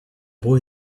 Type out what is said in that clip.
boy